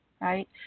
right